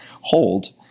hold